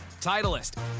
Titleist